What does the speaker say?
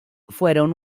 fueron